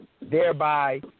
thereby